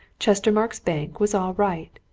chestermarke's bank was all right,